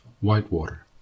Whitewater